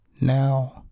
now